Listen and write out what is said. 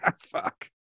fuck